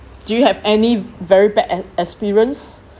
do you have any very bad e~ experience